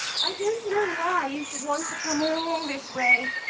i don't know why you should want to come all this way.